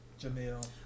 Jamil